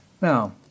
Now